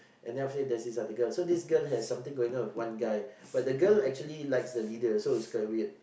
and then after that there's this article so this girl has something going on with one guy but the girl actually likes the leader so it's kinda weird